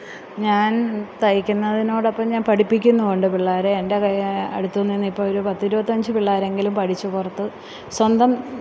ഞാന് തയ്യിക്കുന്നതിനോടൊപ്പം ഞാന് പഠിപ്പിക്കുന്നും ഉണ്ട് പിള്ളാരെ എന്റെ കൈ അടുത്ത് നിന്ന് ഇപ്പോൾ ഒര് പത്തിരുപത്തഞ്ച് പിള്ളാരെങ്കിലും പഠിച്ച് പുറത്ത് സ്വന്തം